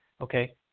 Okay